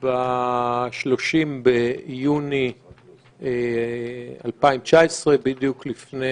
ב-30 ביולי 2019 בדיוק לפני